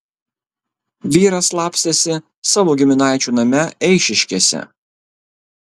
vyras slapstėsi savo giminaičių name eišiškėse